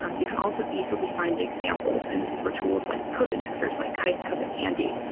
um you can also easily find examples, and this is where tools like code indexers, like kythe, come in handy.